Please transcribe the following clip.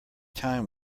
time